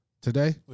today